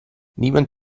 niemand